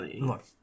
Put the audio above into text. Look